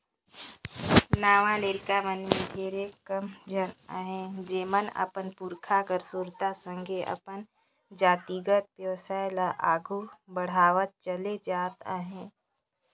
नावा लरिका मन में ढेरे कम झन अहें जेमन अपन पुरखा कर सुरता संघे अपन जातिगत बेवसाय ल आघु बढ़ावत चले जात अहें